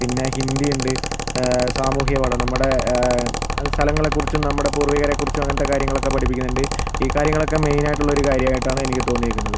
പിന്നെ ഹിന്ദി ഉണ്ട് സാമൂഹ്യപാഠം നമ്മുടെ അത് സ്ഥലങ്ങളെ കുറിച്ചും നമ്മുടെ പൂർവ്വികരെ കുറിച്ചും അങ്ങനത്തെ കാര്യങ്ങളക്കെ പഠിപ്പിക്കുന്നുണ്ട് ഈ കാര്യങ്ങളൊക്കെ മെയിൻ ആയിട്ടുള്ള ഒരു കാര്യമായിട്ടാണ് എനിക്ക് തോന്നിയിരിക്കുന്നത്